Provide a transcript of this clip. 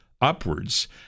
upwards